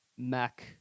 Mac